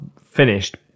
finished